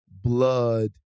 blood